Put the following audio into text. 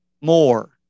more